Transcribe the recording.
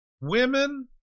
women